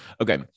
Okay